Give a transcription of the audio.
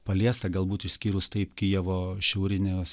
paliesta galbūt išskyrus taip kijevo šiauriniuos